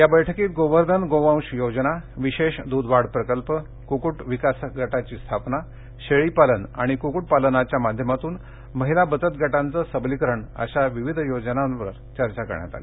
या बैठकीत गोवर्धन गोवंश योजना विशेष दुघवाढ प्रकल्प कुक्कुट विकास गटाची स्थापना शेळीपालन आणि कुक्कुटपालनाच्या माध्यमातून महिला बचतगटांचे सबलीकरण अशा विविध योजनांवर चर्चा करण्यात आली